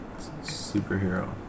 superhero